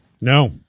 No